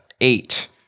eight